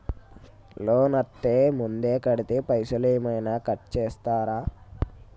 Loan అత్తే ముందే కడితే పైసలు ఏమైనా కట్ చేస్తరా?